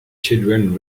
children